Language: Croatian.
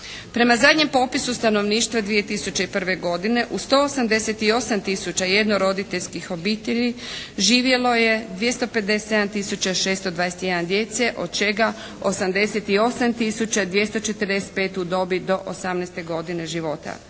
Prema zadnjem popisu stanovništva 2001. godine u 188 tisuća jednoroditeljskih obitelji živjeli 257 tisuća 621 djece od čega 88 tisuća 245 u dobi do 18. godine života.